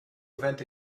event